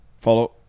Follow